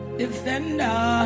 defender